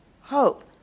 hope